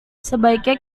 sebaiknya